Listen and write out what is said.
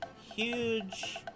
huge